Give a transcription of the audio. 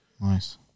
Nice